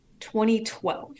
2012